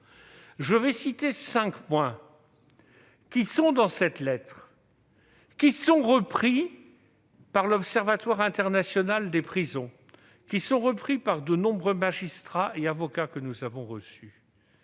Je vais citer cinq points évoqués dans cette lettre ; ils sont repris par l'Observatoire international des prisons et de nombreux magistrats et avocats que nous avons reçus,